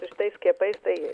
su šitais skiepais tai